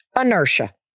inertia